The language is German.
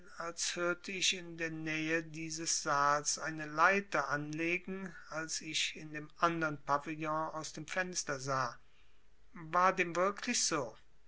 als hörte ich in der nähe dieses saals eine leiter anlegen als ich in dem andern pavillon aus dem fenster sah war dem wirklich so